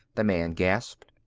the man gasped.